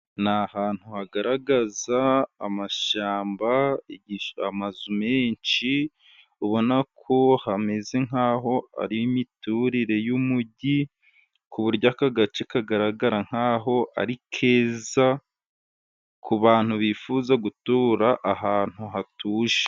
Ni ahantu hagaragaza amashyamba ,amazu menshi ubona ko hameze nk'aho ari imiturire y'umujyi. Ku buryo aka gace kagaragara nk'aho ari keza ku bantu bifuza gutura ahantu hatuje.